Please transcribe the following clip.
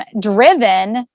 driven